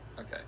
Okay